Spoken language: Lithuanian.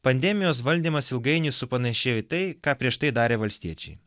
pandemijos valdymas ilgainiui supanašėjo į tai ką prieš tai darė valstiečiai